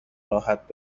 راحت